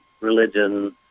religion